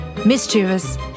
Mischievous